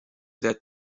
sehr